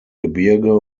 gebirge